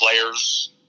players